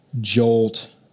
jolt